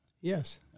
Yes